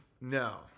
No